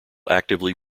actively